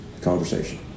conversation